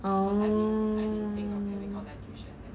oh